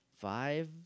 five